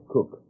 Cook